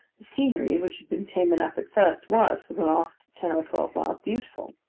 scenery, which had been tame enough at first, was, for the last ten or twelve miles, beautiful.